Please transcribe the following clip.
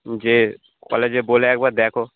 যে কলেজে বলে একবার দেখো